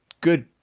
good